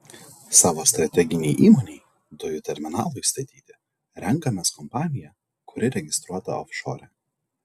savo strateginei įmonei dujų terminalui statyti renkamės kompaniją kuri registruota ofšore